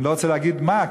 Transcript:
אני לא רוצה להגיד מה,